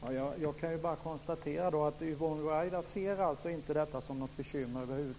Fru talman! Jag kan bara konstatera att Yvonne Ruwaida över huvud taget inte ser det som något bekymmer